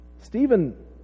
Stephen